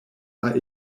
are